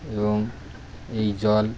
এবং এই জল